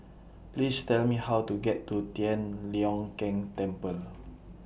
Please Tell Me How to get to Tian Leong Keng Temple